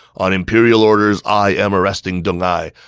on imperial orders, i am arresting deng ai.